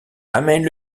amène